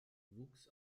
wuchs